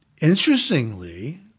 Interestingly